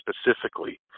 specifically